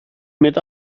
mit